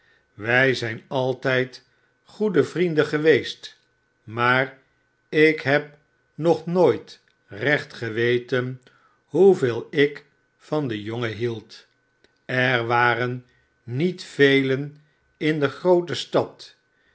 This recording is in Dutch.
wij zijn altijd goede vrienden geweest maar ik heb nog nooit recht geweten hoeveel ik van den jongen hield er waren niet velen in de groote stad